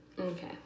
Okay